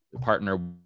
partner